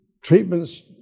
Treatments